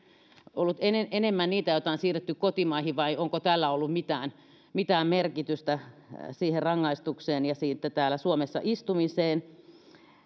ollut enemmän niitä joita on siirretty kotimaihinsa vai onko tällä ollut mitään mitään merkitystä siihen rangaistukseen ja täällä suomessa istumiseen